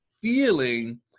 feeling